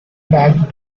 back